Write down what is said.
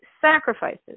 sacrifices